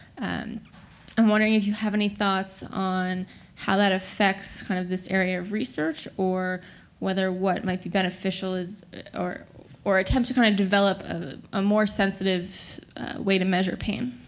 and i'm wondering if you have any thoughts on how that affects kind of this area of research, or whether what might be beneficial, or or attempt to kind of develop a ah more sensitive way to measure pain.